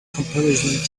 comparison